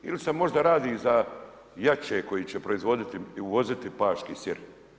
Ili se možda radi za jače koji će proizvoditi i uvoziti paški sir.